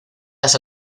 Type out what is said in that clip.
las